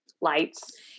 Lights